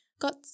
got